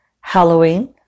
Halloween